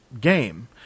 game